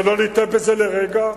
שלא נטעה בזה לרגע.